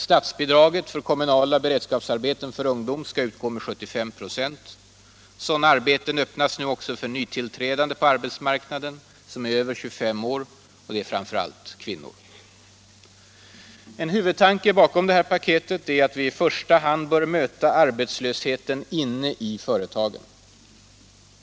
Statsbidraget för kommunala beredskapsarbeten för ungdom skall utgå med 75 96. Sådana arbeten öppnas nu också för nytillträdande på arbetsmarknaden som är över 25 år, och det är framför allt kvinnor. En huvudtanke bakom det här paketet är att vi i första hand bör möta arbetslösheten inne i företagen.